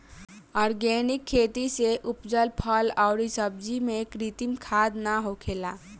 organic खेती से उपजल फल अउरी सब्जी में कृत्रिम खाद ना होखेला